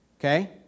okay